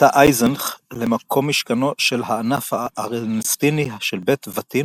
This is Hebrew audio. הייתה אייזנך מקום משכנו של הענף הארנסטיני של בית וטין